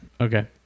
Okay